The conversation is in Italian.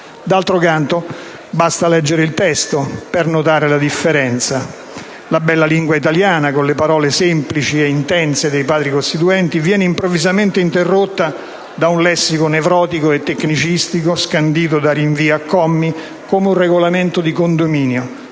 D'altro canto, basta leggere il testo per notare la differenza. La bella lingua italiana, con le parole semplici e intense dei Padri costituenti, viene improvvisamente interrotta da un lessico nevrotico e tecnicistico, scandito dai rinvii a commi, come un regolamento di condominio.